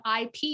IP